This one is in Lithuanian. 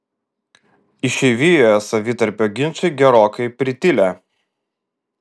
išeivijoje savitarpio ginčai gerokai pritilę